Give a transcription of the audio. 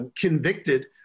convicted